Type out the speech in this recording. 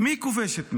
מי כובש את מי?